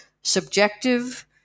subjective